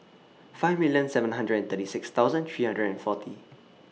five million seven hundred and thirty six thousand three hundred and forty